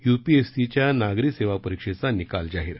युपीएससीच्या नागरी सेवा परीक्षेचा निकाल जाहीर